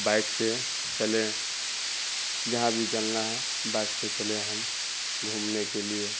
bike سے چلیں جہاں بھی چلنا ہے بائک سے چلیں ہم گھومنے کے لیے